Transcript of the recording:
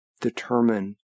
determine